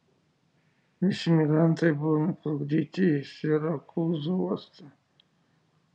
visi migrantai buvo nuplukdyti į sirakūzų uostą